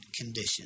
condition